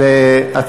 נמנעים,